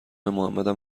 محمدم